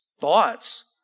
thoughts